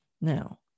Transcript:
Now